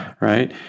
right